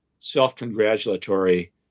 self-congratulatory